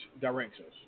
directions